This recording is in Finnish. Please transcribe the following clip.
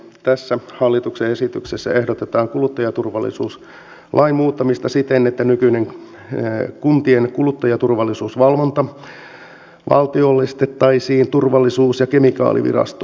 tässä hallituksen esityksessä ehdotetaan kuluttajaturvallisuuslain muuttamista siten että nykyinen kuntien kuluttajaturvallisuusvalvonta valtiollistettaisiin turvallisuus ja kemikaalivirastoon